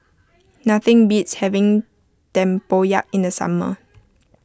nothing beats having Tempoyak in the summer